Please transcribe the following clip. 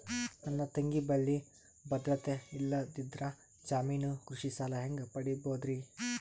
ನನ್ನ ತಂಗಿ ಬಲ್ಲಿ ಭದ್ರತೆ ಇಲ್ಲದಿದ್ದರ, ಜಾಮೀನು ಕೃಷಿ ಸಾಲ ಹೆಂಗ ಪಡಿಬೋದರಿ?